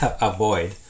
avoid